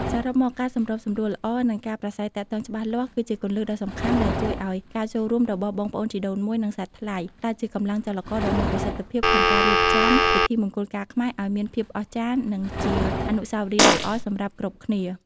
សរុបមក ការសម្របសម្រួលល្អ និងការប្រាស្រ័យទាក់ទងច្បាស់លាស់ គឺជាគន្លឹះដ៏សំខាន់ដែលជួយឱ្យការចូលរួមរបស់បងប្អូនជីដូនមួយ និងសាច់ថ្លៃ ក្លាយជាកម្លាំងចលករដ៏មានប្រសិទ្ធភាពក្នុងការរៀបចំពិធីមង្គលការខ្មែរឱ្យមានភាពអស្ចារ្យ និងជាអនុស្សាវរីយ៍ដ៏ល្អសម្រាប់គ្រប់គ្នា។